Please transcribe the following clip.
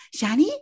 Shani